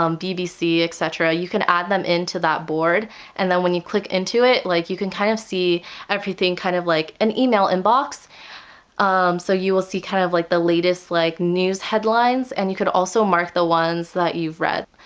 um bbc etc, you can add them into that board and when you click into it, like you can kind of see everything in kind of like an email inbox so you will see kind of like the latest like news headlines and you can also mark the ones that you've read.